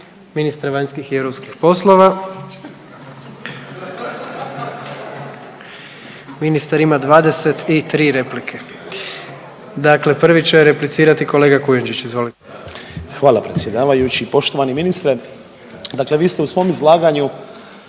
ministra vanjskih i europskih poslova. Ministar ima 23 replike. Dakle, prvi će replicirati kolega Kujundžić, izvolite. **Kujundžić, Ante (MOST)** Hvala predsjedavajući. Poštovani ministre dakle vi ste u svojem izlaganju